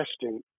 testing